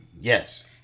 Yes